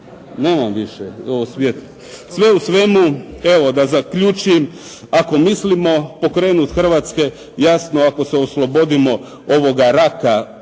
Nemam više. Ovo svijetli. Sve u svemu evo da zaključim ako mislimo pokrenuti hrvatske, jasno ako se oslobodimo ovoga rata